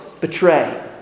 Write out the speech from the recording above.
betray